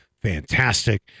fantastic